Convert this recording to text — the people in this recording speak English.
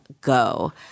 go